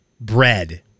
bread